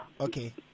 Okay